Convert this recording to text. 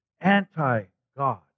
anti-God